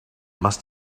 must